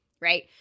right